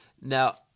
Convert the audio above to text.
Now